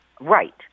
Right